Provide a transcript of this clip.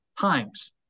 times